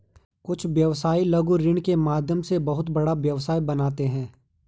कुछ व्यवसायी लघु ऋण के माध्यम से बहुत बड़ा व्यवसाय बनाते हैं